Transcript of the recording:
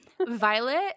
violet